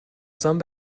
some